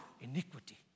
iniquity